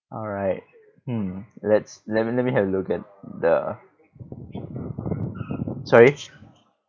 alright hmm let's let me let me have a look at the sorry